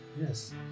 Yes